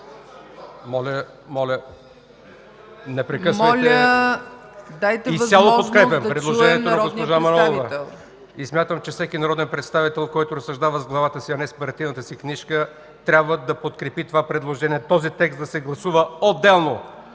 Моля, дайте възможност да чуем народния представител.